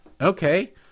Okay